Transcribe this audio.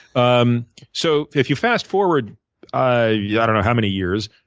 um so if you fast forward i yeah don't know how many years,